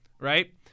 right